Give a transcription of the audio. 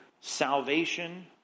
Salvation